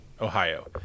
ohio